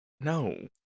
No